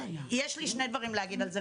יש לי שני דברים להגיד על זה.